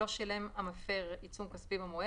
לא שילם המפר עיצום כספי במועד,